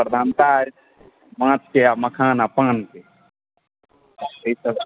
प्रधानता अछि माछके पान आ मखानके एहिसँ